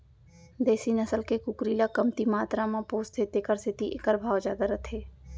देसी नसल के कुकरी ल कमती मातरा म पोसथें तेकर सेती एकर भाव जादा रथे